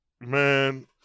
man